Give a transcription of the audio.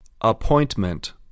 Appointment